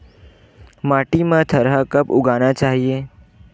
माटी मा थरहा कब उगाना चाहिए?